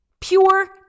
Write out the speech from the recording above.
Pure